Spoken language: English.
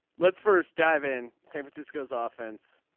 let's first dive in. san francisco's ah offense.